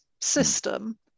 system